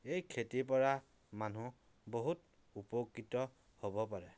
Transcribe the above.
এই খেতিৰ পৰা মানুহ বহুত উপকৃত হ'ব পাৰে